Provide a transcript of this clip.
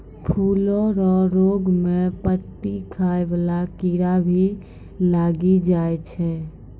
फूलो रो रोग मे पत्ती खाय वाला कीड़ा भी लागी जाय छै